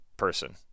person